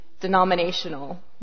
denominational